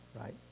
right